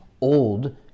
old